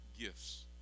gifts